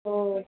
ஓ